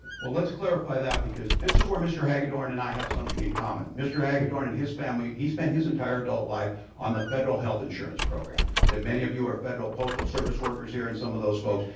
well let's clarify that, because this is where mr. hagedorn and i have something in common. mr. hagedorn and his family, he spent his entire adult life on the federal health insurance program. that many of you are federal postal service workers here and some of those folks,